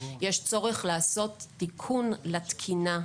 יש צורך לעשות תיקון לתקינה.